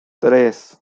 tres